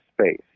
space